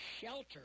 SHELTER